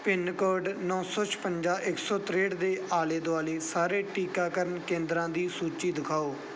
pin code ਨੌ ਸੌ ਛਪੰਜਾ ਇੱਕ ਸੌ ਤਰੇਹਠ ਦੇ ਆਲੇ ਦੁਆਲੇ ਸਾਰੇ ਟੀਕਾਕਰਨ ਕੇਂਦਰਾਂ ਦੀ ਸੂਚੀ ਦਿਖਾਓ